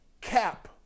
cap